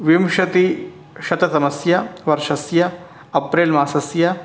विंशतिशततमस्यवर्षस्य April मासस्य